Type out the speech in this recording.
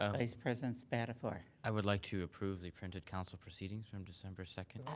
ah vice president spadafore. i would like to approve the printed council proceedings from december second.